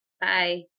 Bye